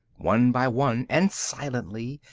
one by one, and silently,